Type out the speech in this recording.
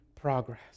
progress